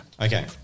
Okay